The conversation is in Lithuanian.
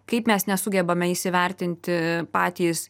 kaip mes nesugebame įsivertinti patys